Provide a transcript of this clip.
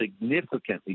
significantly